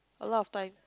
a lot of time